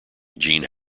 gene